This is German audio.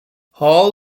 hall